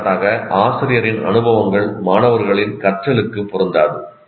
எடுத்துக்காட்டாக ஆசிரியரின் அனுபவங்கள் மாணவர்களின் கற்றலுக்குப் பொருந்தாது